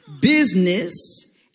Business